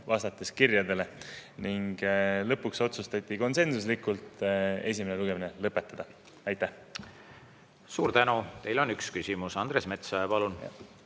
vastates kirjadele. Ning lõpuks otsustati konsensuslikult esimene lugemine lõpetada. Aitäh! Suur tänu! Teile on üks küsimus. Andres Metsoja, palun!